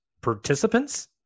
participants